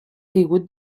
caigut